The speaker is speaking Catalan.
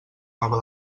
nova